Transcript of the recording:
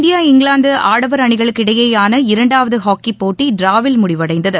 India England ஆடவர் அணிகளுக்கு இடையேயான இரண்டாவது ஹாக்கி போட்டி டிராவில் முடிவடைந்தது